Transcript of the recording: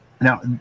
now